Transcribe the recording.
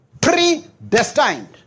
predestined